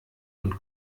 und